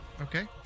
Okay